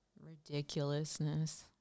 ridiculousness